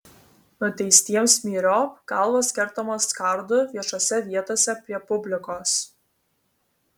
nuteistiems myriop galvos kertamos kardu viešose vietose prie publikos